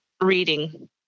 reading